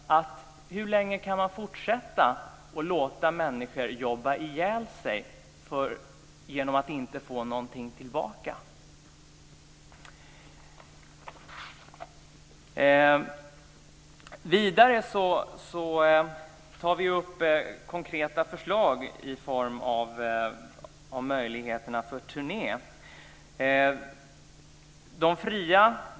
Hur länge kan man fortsätta att låta människor jobba ihjäl sig genom att de inte får någonting tillbaka? Vidare tar vi upp konkreta förslag när det gäller möjligheter till turnéverksamhet.